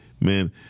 man